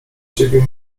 ciebie